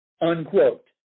unquote